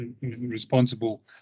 responsible